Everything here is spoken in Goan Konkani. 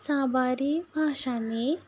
साबारी भाशांनी